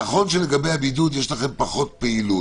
נכון שלגבי הבידוד יש לכם פחות פעילות,